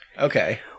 okay